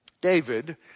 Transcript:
David